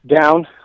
down